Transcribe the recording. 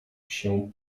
się